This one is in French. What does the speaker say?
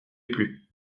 plus